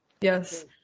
Yes